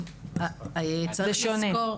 זה שונה,